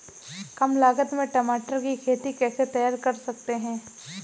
कम लागत में टमाटर की खेती कैसे तैयार कर सकते हैं?